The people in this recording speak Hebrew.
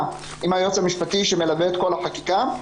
עם היועץ המשפטי שמלווה את כל החקיקה,